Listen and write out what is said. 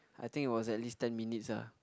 I think it was at least ten minutes ah